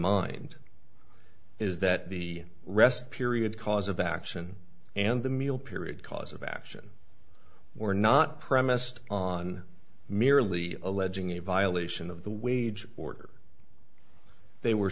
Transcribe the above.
mind is that the rest period cause of action and the meal period cause of action were not premised on merely alleging a violation of the wage order they were